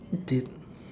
did